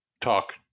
talk